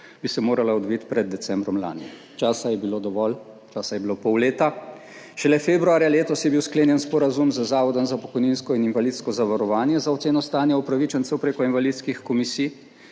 bi se morala odviti pred decembrom lani. Časa je bilo dovolj, časa je bilo pol leta. Šele februarja letos je bil sklenjen sporazum z Zavodom za pokojninsko in invalidsko zavarovanje za oceno stanja upravičencev preko invalidskih komisij.